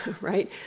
right